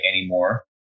anymore